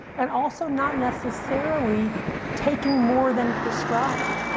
and also not necessarily taking more than prescribed.